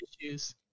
issues